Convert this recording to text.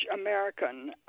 American